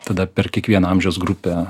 tada per kiekvieną amžiaus grupę